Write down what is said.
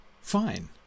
fine